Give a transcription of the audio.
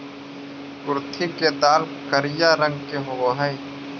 कुर्थी के दाल करिया रंग के होब हई